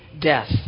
death